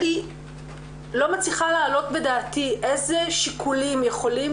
לא מצליחה להעלות בדעתי איזה שיקולים יכולים